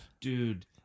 Dude